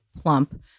plump